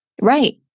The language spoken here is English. Right